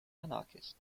anarchist